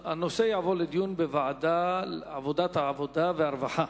יידון בוועדת העבודה והרווחה.